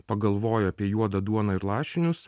pagalvoja apie juodą duoną ir lašinius